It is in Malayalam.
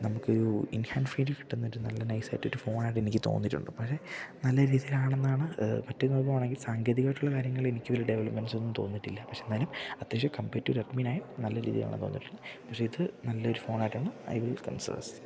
നമുക്ക് ഇൻഹാൻഡ് ഫീഡ് കിട്ടുന്ന ഒരു നല്ല നൈസായിട്ടൊരു ഫോണായിട്ട് എനിക്ക് തോന്നിട്ടുണ്ട് പക്ഷെ നല്ല രീതിയിലാണെന്നാണ് പറ്റുന്നോകുവാണെങ്കിൽ സാങ്കേതികമായിട്ടുള്ള കാര്യങ്ങളെനിക്ക് വല്യ ഡെവലപ്മെൻറ്റ്സൊന്നും തോന്നിട്ടില്ല പക്ഷെ എന്നാലും അത്യാവശം കമ്പ്യറ്റ് റ്റു റെഡ്മി നയൻ നല്ല രീതിലാണ് തോന്നിട്ടു പക്ഷെ ഇത് നല്ലൊരു ഫോണായിട്ടാണ് ഐ വിൽ കൺസേസ്